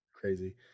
crazy